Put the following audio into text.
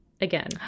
again